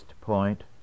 Point